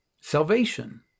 Salvation